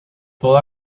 toda